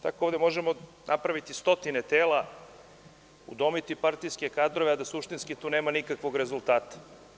Tako ovde možemo napraviti stotine tela, udomiti partijske kadrove, a da suštinski tu nema nikakvog rezultata.